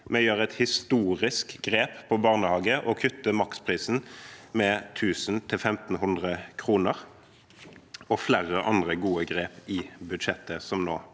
Vi tar et historisk grep på barnehagefeltet og kutter maksprisen med 1 000–1 500 kr, og det er flere andre gode grep i budsjettet som nå